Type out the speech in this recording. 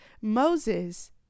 Moses